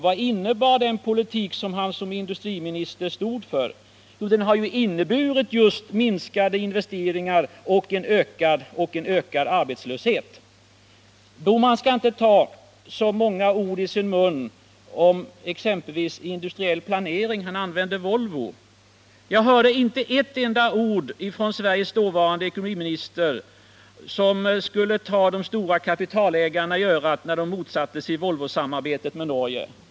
Vad innebar den politik som han som ekonomiminister stod för? Jo, den har inneburit minskade investeringar och en ökad arbetslöshet. Gösta Bohman skall inte ta så stora ord i sin mun om exempelvis industriell planering. Han använde Volvo som exempel. Jag hörde inte ett enda ord från Sveriges dåvarande ekonomiminister om att han skulle ta de stora kapitalägarna i örat, när de motsatte sig Volvosamarbetet med Norge.